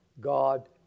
God